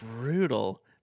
brutal